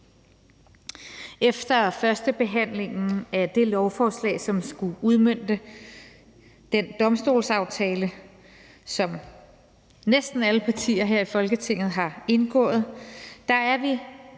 Efter førstebehandlingen af det lovforslag, som skulle udmønte den domstolsaftale, som næsten alle partier her i Folketinget har indgået, er vi